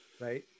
right